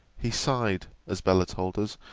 he sighed, as bella told us,